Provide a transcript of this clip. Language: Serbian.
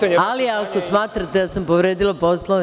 Ali, ako smatrate da sam povredila Poslovnik…